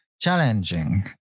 challenging